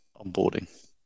onboarding